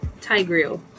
Tigreal